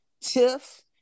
tiff